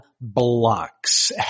blocks